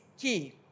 key